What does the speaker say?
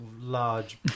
large